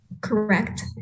correct